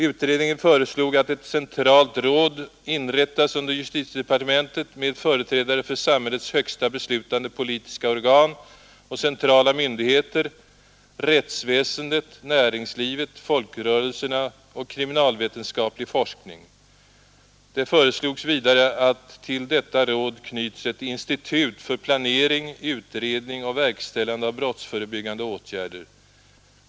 Utredningen föreslog att ett centralt råd inrättas under justitiedepartementet med företrädare för samhällets högsta beslutande politiska organ och centrala myndigheter, rättsväsendet, näringslivet, folkrörelserna och kriminalvetenskaplig forskning. Det föreslogs vidare att till detta råd knyts ett institut för planering, utredning och verkställande av brottsförebyggande åtgärder.